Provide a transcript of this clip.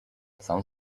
some